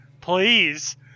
Please